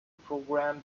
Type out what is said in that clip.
program